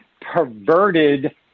perverted